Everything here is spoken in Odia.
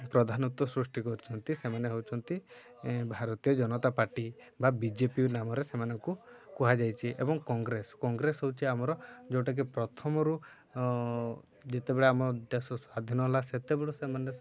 ପ୍ରଧାନତ୍ଵ ସୃଷ୍ଟି କରୁଛନ୍ତି ସେମାନେ ହେଉଛନ୍ତି ଭାରତୀୟ ଜନତା ପାର୍ଟି ବା ବିଜେପି ନାମରେ ସେମାନଙ୍କୁ କୁହାଯାଇଛି ଏବଂ କଂଗ୍ରେସ କଂଗ୍ରେସ ହେଉଛି ଆମର ଯେଉଁଟାକି ପ୍ରଥମରୁ ଯେତେବେଳେ ଆମ ଦେଶ ସ୍ଵାଧୀନ ହେଲା ସେତେବେଳୁ ସେମାନେ